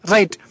Right